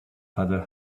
father